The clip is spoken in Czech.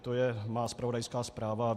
To je moje zpravodajská zpráva.